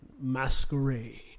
Masquerade